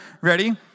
ready